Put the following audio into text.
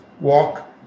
walk